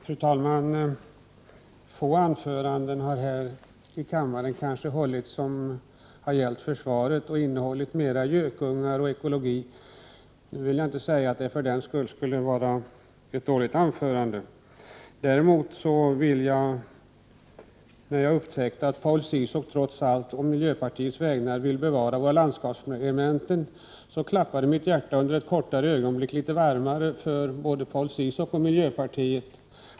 Fru talman! Det är nog få anföranden som hållits här i kammaren och som har gällt försvaret som har innehållit mera gökungar och ekologi än det vi nyss hörde. Nu vill jag inte säga att det för den skull var ett dåligt anförande. När Paul Ciszuk trots allt sade, på miljöpartiets vägnar, att han vill bevara våra landskapsregementen, klappade mitt hjärta under ett kort ögonblick litet varmare för både Paul Ciszuk och miljöpartiet.